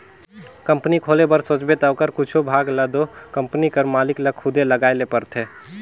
company खोले कर सोचबे ता ओकर कुछु भाग ल दो कंपनी कर मालिक ल खुदे लगाए ले परथे